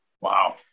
wow